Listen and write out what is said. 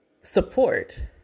support